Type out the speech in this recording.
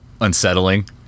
unsettling